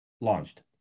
launched